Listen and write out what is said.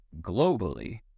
globally